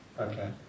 Okay